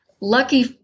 lucky